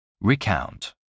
Recount